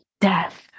death